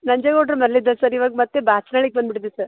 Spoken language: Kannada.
ನಂಜೆಗೌಡ್ರ ಮನೆಲ್ಲಿದ್ವು ಸರ್ ಇವಾಗ ಮತ್ತೆ ಬಾಚ್ನಳ್ಳಿಗೆ ಬಂದ್ಬಿಟ್ಟಿದಿವಿ ಸರ್